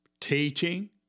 teaching